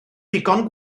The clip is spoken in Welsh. ddigon